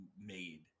made